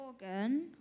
organ